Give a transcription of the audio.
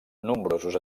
nombrosos